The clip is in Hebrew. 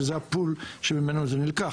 שזה הפול שממנו זה נלקח.